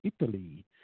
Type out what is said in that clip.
Italy